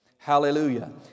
Hallelujah